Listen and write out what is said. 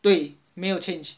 对没有 change